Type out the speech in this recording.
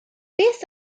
beth